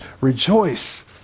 rejoice